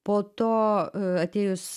po to atėjus